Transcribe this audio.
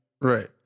Right